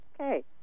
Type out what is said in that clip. Okay